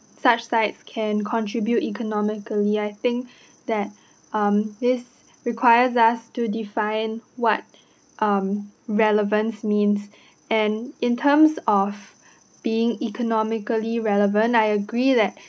such sites can contribute economically I think that um this requires us to define what um relevance means and in turns of being economically relevant I agree that